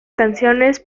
canciones